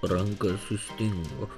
ranka sustingo